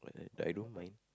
I don't mind